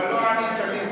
אבל לא ענית לי,